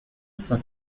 cinq